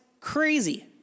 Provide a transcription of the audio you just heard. crazy